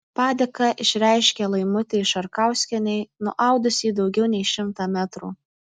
padėką išreiškė laimutei šarkauskienei nuaudusiai daugiau nei šimtą metrų